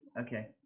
Okay